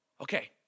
Okay